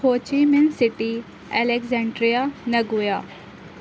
Ho Chi Minh City Alexandria Nagoya